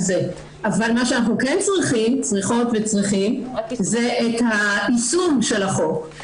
אבל מה שאנחנו כן צריכים זה את היישום של החוק.